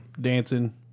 Dancing